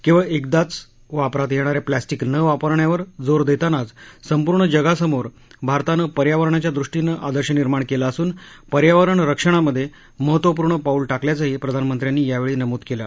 केवळ एकदा वापरात येणारे प्लास्टीक न वापरण्यावर जोर देतानाच संपूर्ण जगासमोर भारतानं पर्यावरणाच्या दृष्टीनं आदर्श निर्माण केला असून पर्यावरण रक्षणामध्ये महत्वपुर्ण पाऊल टाकल्याचंही प्रधानमंत्र्यांनी यावेळी नमुद केलं